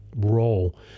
Role